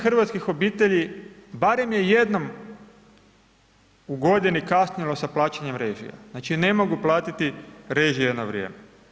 hrvatskih obitelji, barem je jednom u godini kasnilo sa plaćanjem režija, znači ne mogu platiti režije na vrijeme.